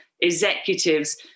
executives